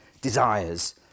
desires